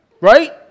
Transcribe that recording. Right